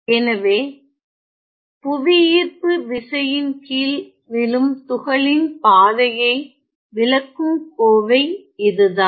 எனவே புவியீர்ப்புவிசையின் கீழ் விழும் துகளின் பாதையை விளக்கும் கோவை இதுதான்